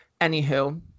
anywho